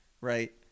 right